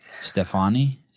Stephanie